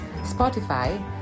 Spotify